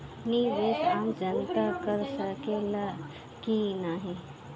निवेस आम जनता कर सकेला की नाहीं?